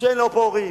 שאין לו פה הורים,